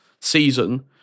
season